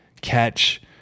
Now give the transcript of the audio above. catch